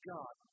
God